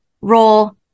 roll